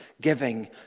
giving